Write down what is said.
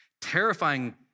Terrifying